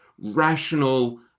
rational